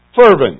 Fervent